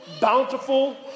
bountiful